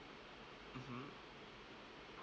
mmhmm